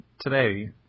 today